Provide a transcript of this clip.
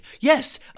Yes